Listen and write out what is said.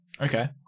Okay